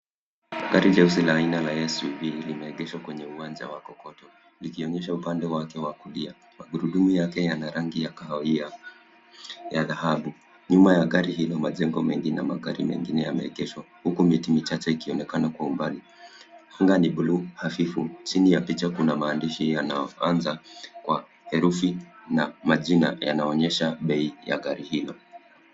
Gari jeusi la aina la SUV limeegeshwa kwenye uwanja wa kokoto, likionyesha upande wake wa kulia. Magurudumu yake yana rangi ya kahawia na dhahabu. Nyuma ya gari hilo, majengo mengi na magari mengine yameegeshwa, huku miti michache ikionekana kwa umbali. Anga ni bluu hafifu. Chini ya picha kuna maandishi yanayoanza kwa herufi na majina yanaonyesha bei ya gari hilo.